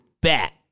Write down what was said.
bet